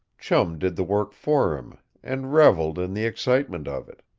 chum did the work for him, and reveled in the excitement of it.